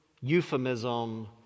euphemism